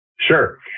Sure